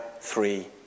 three